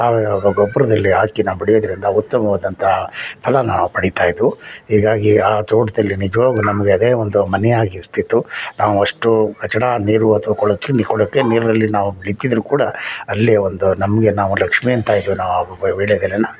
ಸಾವಯವ ಗೊಬ್ಬರದಲ್ಲಿ ಹಾಕಿ ನಾ ಬಡಿಯೋದ್ರಿಂದ ಉತ್ತಮವಾದಂತಹ ಫಲನ ಪಡಿತಾ ಇದ್ವು ಹೀಗಾಗಿ ಆ ತೋಟದಲ್ಲಿ ನಿಜವಾಗೂ ನಮ್ಗೆ ಅದೇ ಒಂದು ಮನೆಯಾಗಿ ಇರ್ತಿತ್ತು ನಾವು ಅಷ್ಟು ಕಚಡಾ ನೀರು ಅಥ್ವ ಕೊಳಚೆ ಕೊಳಚೆ ನೀರಿನಲ್ಲಿ ನಾವು ಬೆಳೀತಿದ್ರು ಕೂಡ ಅಲ್ಲಿ ಒಂದು ನಮಗೆ ನಾವು ಲಕ್ಷ್ಮೀ ಅಂತ ಇದ್ವಿ ನಾವು ವೀಳ್ಯದೆಲೇನ